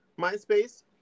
MySpace